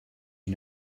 you